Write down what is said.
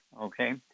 Okay